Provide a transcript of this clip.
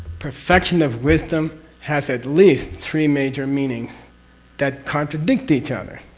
perfection of wisdom has at least three major meanings that contradict each other,